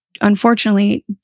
unfortunately